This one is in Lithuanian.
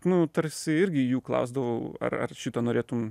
nu tarsi irgi jų klausdavau ar ar šito norėtum